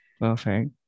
Perfect